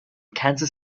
kansas